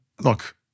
Look